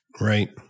Right